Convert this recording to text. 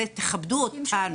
זה תכבדו אותנו.